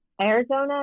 Arizona